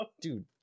dude